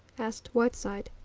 asked whiteside.